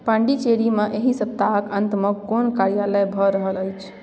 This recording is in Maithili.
पाण्डिचेरीमे एहि सप्ताहके अन्तमे कोन कार्यालय भऽ रहल अछि